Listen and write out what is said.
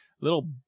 little